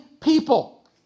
people